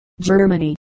Germany